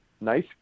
nice